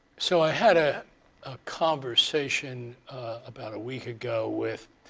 so i had ah a conversation about a week ago with